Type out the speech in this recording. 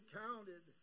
counted